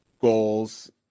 goals